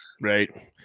right